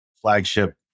flagship